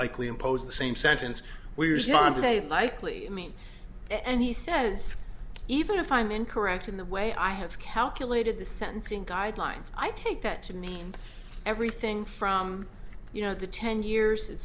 likely impose the same sentence weir's not say likely mean and he says even if i'm incorrect in the way i have calculated the sentencing guidelines i take that to mean everything from you know the ten years it